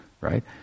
right